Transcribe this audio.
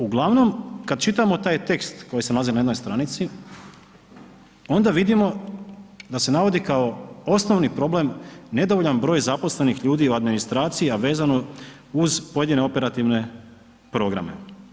Uglavnom, kada čitamo taj tekst koji se nalazi na jednoj stranici, onda vidimo da se navodi kao osnovni problem nedovoljan broj zaposlenih ljudi u administraciji a vezano uz pojedine operativne programe.